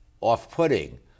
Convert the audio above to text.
off-putting